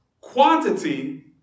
Quantity